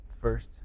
First